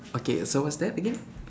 okay so what's that again